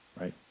right